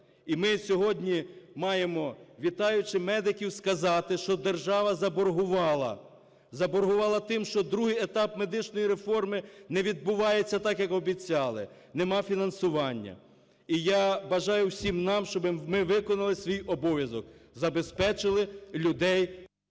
І ми сьогодні маємо, вітаючи медиків, сказати, що держава заборгувала, заборгувала тим, що другий етап медичної реформи не відбувається, так, як обіцяли, - нема фінансування. І я бажаю всім нам, щоби ми виконали свій обов'язок, забезпечили людей…